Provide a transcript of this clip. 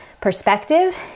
perspective